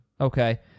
Okay